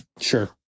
Sure